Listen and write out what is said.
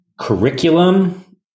curriculum